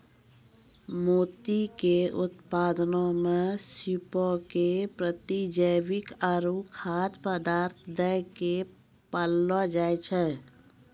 मोती के उत्पादनो मे सीपो के प्रतिजैविक आरु खाद्य पदार्थ दै के पाललो जाय छै